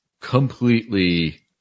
completely